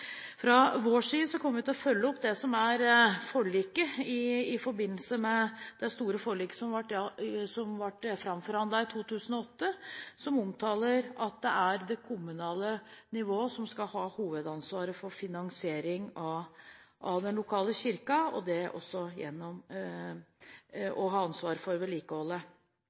Fra vår side kommer vi til å følge opp det store forliket som ble framforhandlet i 2008, om at det er det kommunale nivået som skal ha hovedansvaret for finansiering av den lokale kirken og vedlikeholdet. Så bare en kommentar – det var for så vidt derfor jeg ba om ordet – til representanten Bekkevolds påpekning av hvor viktig det er å